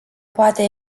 poate